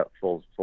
full